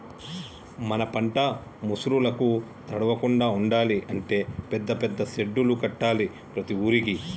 మన పంట ముసురులకు తడవకుండా ఉండాలి అంటే పెద్ద పెద్ద సెడ్డులు కట్టాలి ప్రతి ఊరుకి